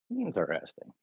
Interesting